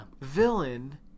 villain –